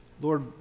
Lord